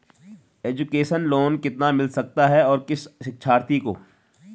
Education loan कितना मिल सकता है और किस शिक्षार्थी को?